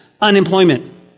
unemployment